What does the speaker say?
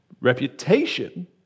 reputation